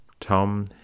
Tom